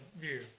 view